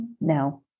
No